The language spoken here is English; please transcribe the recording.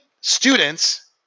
students